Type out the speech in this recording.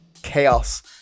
chaos